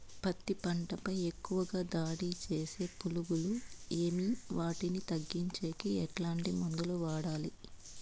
పత్తి పంట పై ఎక్కువగా దాడి సేసే పులుగులు ఏవి వాటిని తగ్గించేకి ఎట్లాంటి మందులు వాడాలి?